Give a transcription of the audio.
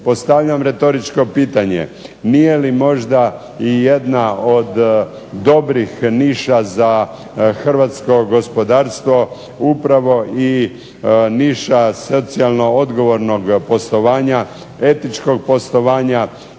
Postavljam retoričko pitanje, nije li možda ijedna od dobrih niša za hrvatsko gospodarstvo upravo i niša socijalno odgovornog poslovanja,